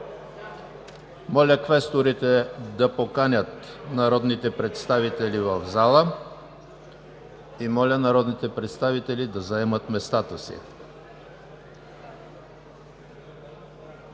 Моля квесторите да поканят народните представители в залата и моля народните представители да заемат местата си.